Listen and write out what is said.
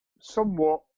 somewhat